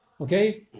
okay